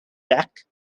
deck